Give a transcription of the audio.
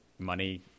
money